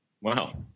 Wow